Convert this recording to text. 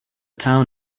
town